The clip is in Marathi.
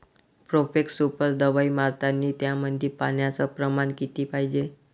प्रोफेक्स सुपर दवाई मारतानी त्यामंदी पान्याचं प्रमाण किती पायजे?